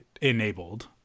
enabled